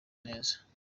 neza